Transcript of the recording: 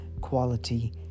quality